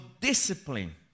discipline